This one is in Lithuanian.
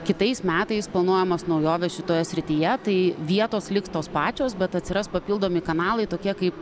kitais metais planuojamos naujovės šitoje srityje tai vietos liks tos pačios bet atsiras papildomi kanalai tokie kaip